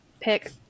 pick